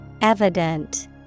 evident